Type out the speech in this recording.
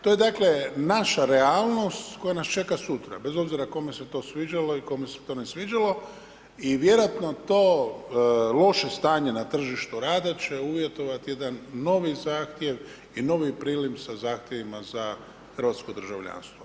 To je dakle, naša realnost, koja nas čeka sutra, bez obzira kome se to svađalo i kome se to ne sviđalo i vjerojatno to loše stanje na tržištu rada će uvjetovati jedan novi zahtjev i novi prilim sa zahtjevima za hrvatsko državljanstvo.